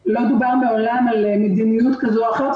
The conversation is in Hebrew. לא דובר מעולם על מדיניות כזו או אחרת.